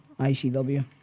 ICW